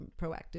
proactive